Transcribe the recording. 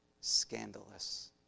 scandalous